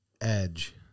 Edge